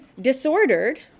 disordered